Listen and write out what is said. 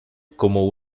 como